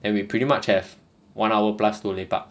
and we pretty much have one hour plus to lepak